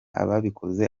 ababikoze